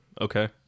Okay